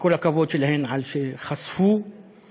משקיע וישקיע וממשיך להשקיע במערכת הבריאות,